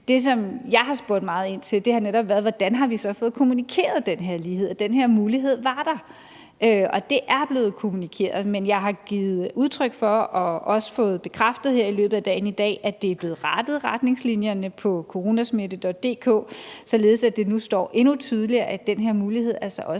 Det, som jeg har spurgt meget ind til, har netop været, hvordan vi så har fået kommunikeret den her lighed, altså at den her mulighed var der, og det er blevet kommunikeret, men jeg har givet udtryk for, at retningslinjerne skulle rettes, og har også fået bekræftet her i løbet af dagen i dag, at retningslinjerne er blevet rettet på www.coronasmitte.dk, således at det nu står endnu tydeligere, at den her mulighed altså også